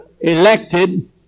elected